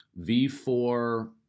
V4